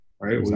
right